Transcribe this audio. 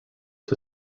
its